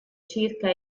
circa